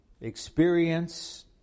experience